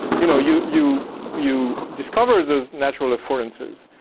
you know, you you you discover those natural affordances.